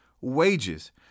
wages